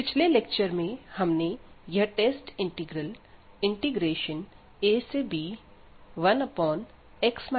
पिछले लेक्चर हमने यह टेस्ट इंटीग्रल ab1x apdx देखा